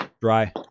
Dry